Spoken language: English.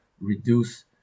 reduce